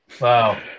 Wow